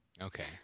Okay